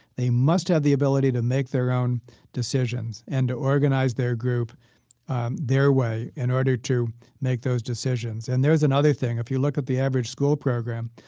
they must have the ability to make their own decisions and to organize their group their way in order to make those decisions. and there's another thing. if you look at the average school program,